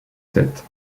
sept